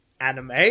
anime